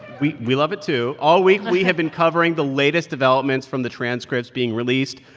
we we love it too. all week, we have been covering the latest developments from the transcripts being released.